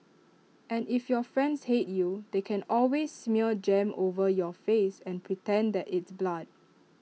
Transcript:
and if your friends hate you they can always smear jam over your face and pretend that it's blood